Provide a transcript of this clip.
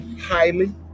highly